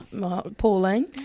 Pauline